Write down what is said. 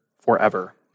forever